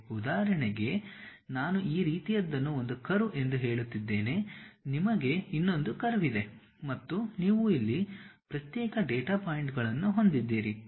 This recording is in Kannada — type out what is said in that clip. ಉದಾಹರಣೆಗೆ ನಾನು ಈ ರೀತಿಯದ್ದನ್ನು ಒಂದು ಕರ್ವ್ ಎಂದು ಹೇಳುತ್ತಿದ್ದೇನೆ ನಿಮಗೆ ಇನ್ನೊಂದು ಕರ್ವ್ ಇದೆ ಮತ್ತು ನೀವು ಇಲ್ಲಿ ಪ್ರತ್ಯೇಕ ಡೇಟಾ ಪಾಯಿಂಟ್ಗಳನ್ನು ಹೊಂದಿದ್ದೀರಿ